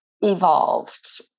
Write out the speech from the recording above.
evolved